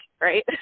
Right